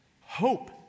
hope